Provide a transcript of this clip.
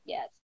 Yes